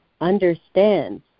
understands